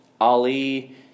Ali